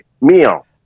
meal